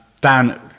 Dan